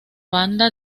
banda